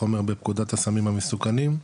החומר בפקודת הסמים המסוכנים,